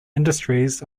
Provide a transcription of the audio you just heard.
industries